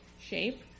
Shape